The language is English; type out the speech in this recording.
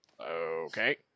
Okay